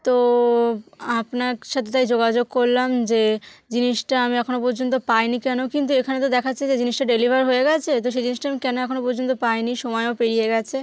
তো আপনার সাথে তাই যোগাযোগ করলাম যে জিনিসটা আমি এখনও পর্যন্ত পাইনি কেন কিন্তু এখানে তো দেখাচ্ছে যে জিনিসটা ডেলিভার হয়ে গিয়েছে তো সেই জিনিসটা আমি কেন এখনও পর্যন্ত পাইনি সময়ও পেরিয়ে গিয়েছে